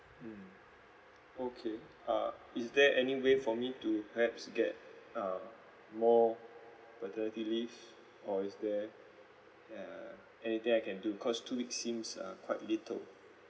mmhmm okay uh is there any way for me to perhaps get uh more paternity leave or is there err anything I can do cause two weeks seems uh quite little